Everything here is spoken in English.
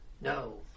No